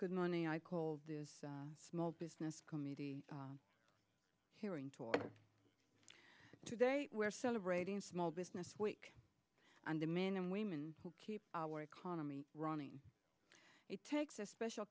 good money i call this small business committee hearing talk today we're celebrating small business week and the men and women who keep our economy running it takes a special